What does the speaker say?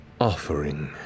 offering